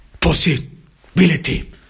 possibility